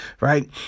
right